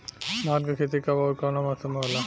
धान क खेती कब ओर कवना मौसम में होला?